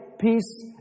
peace